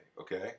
okay